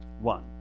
One